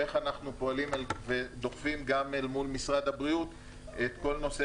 ואיך אנחנו פועלים ודוחפים אל מול משרד הבריאות את כל נושא